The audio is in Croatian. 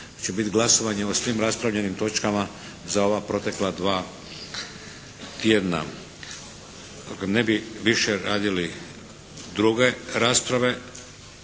će biti glasovanje o svim raspravljenim točkama za ova protekla dva tjedna. Dakle, ne bi više radili druge rasprave